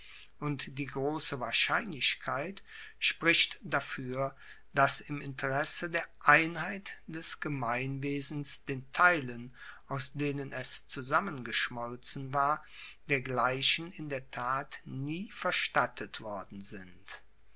und die grosse wahrscheinlichkeit spricht dafuer dass im interesse der einheit des gemeinwesens den teilen aus denen es zusammengeschmolzen war dergleichen in der tat nie verstattet worden sind